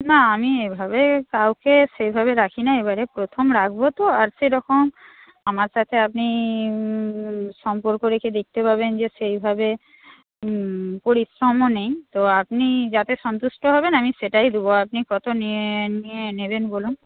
না আমি এভাবে কাউকে সেভাবে রাখি না এবারে প্রথম রাখব তো আর সেরকম আমার সাথে আপনি সম্পর্ক রেখে দেখতে পাবেন যে সেইভাবে পরিশ্রমও নেই তো আপনি যাতে সন্তুষ্ট হবেন আমি সেটাই দেবো আপনি কত নিয়ে নিয়ে নেবেন বলুন